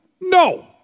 No